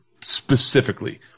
specifically